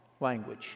language